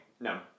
no